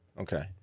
Okay